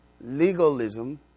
legalism